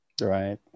Right